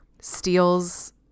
steals